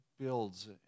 builds